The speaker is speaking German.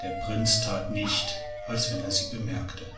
der prinz tat nicht als wenn er sie bemerkte